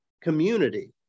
community